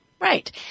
Right